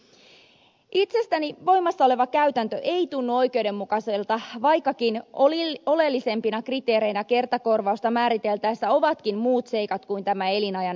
voimassa oleva käytäntö ei itsestäni tunnu oikeudenmukaiselta vaikkakin oleellisempina kriteereinä kertakorvausta määriteltäessä ovatkin muut seikat kuin tämä elinajanennuste